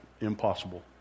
impossible